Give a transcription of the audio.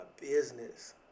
business